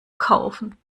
kaufen